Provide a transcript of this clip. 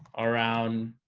around